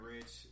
Rich